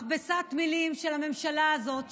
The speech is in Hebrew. מכבסת מילים של הממשלה הזאת,